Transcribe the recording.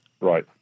Right